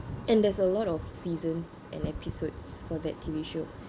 and there's a lot of seasons and episodes for that T_V show